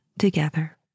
together